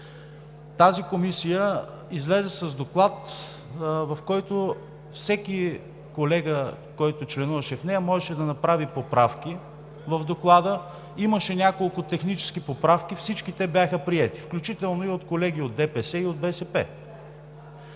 Тази комисия излезе с Доклад, в който всеки колега, който членуваше в нея, можеше да направи поправки. Имаше няколко технически поправки, всички те бяха приети, включително и от колеги от ДПС, и от БСП.